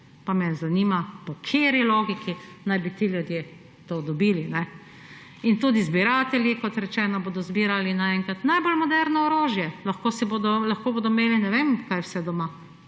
Pa me zanima, po kateri logiki naj bi ti ljudje to dobili. Tudi zbiratelji, kot rečeno, bodo zbirali naenkrat najbolj moderno orožje. Lahko bodo imeli, ne vem, kaj vse doma.